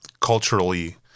culturally